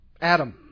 Adam